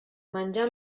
menjar